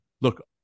look